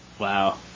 Wow